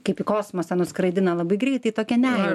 kaip į kosmosą nuskraidina labai greitai tokia ne